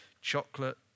chocolate